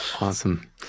Awesome